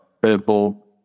purple